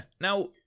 Now